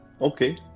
Okay